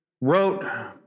wrote